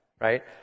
Right